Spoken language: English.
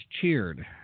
cheered